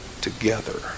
together